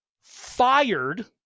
fired